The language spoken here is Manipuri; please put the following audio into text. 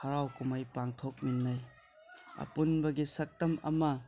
ꯍꯔꯥꯎ ꯀꯨꯝꯍꯩ ꯄꯥꯡꯊꯣꯛꯃꯤꯟꯅꯩ ꯑꯄꯨꯟꯕꯒꯤ ꯁꯛꯇꯝ ꯑꯃ